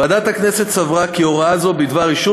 ועדת הכנסת סברה כי הוראה זו בדבר אישור